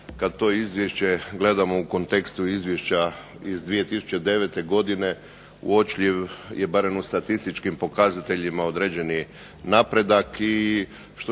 kada to izvješće gledamo u kontekstu izvješća iz 2009. godine uočljiv je barem u statističkim podacima određeni napredak. I što